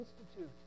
Institute